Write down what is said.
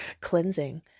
cleansing